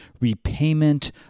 repayment